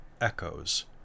echoes